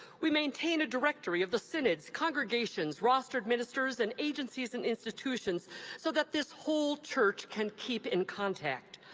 we maintain a directory of the synods, congregations, rostered ministers and agencies and institutions so that this whole church can keep in contact.